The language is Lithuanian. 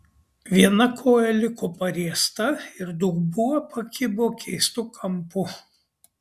viena koja liko pariesta ir dubuo pakibo keistu kampu